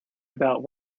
about